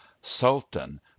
Sultan